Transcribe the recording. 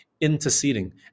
Interceding